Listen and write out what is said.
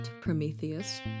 Prometheus